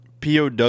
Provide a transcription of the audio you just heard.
POW